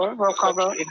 roll call rolling.